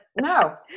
no